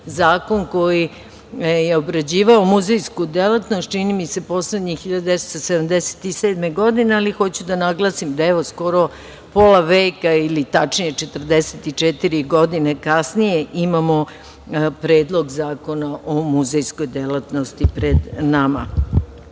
zakon koji je obrađivao muzejsku delatnost, čini mi se poslednji 1977. godine, ali hoću da naglasim da skoro pola veka ili tačnije 44 godine kasnije imamo Predlog zakona o muzejskoj delatnosti pred nama. Cilj